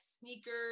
sneakers